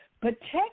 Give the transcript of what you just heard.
Protect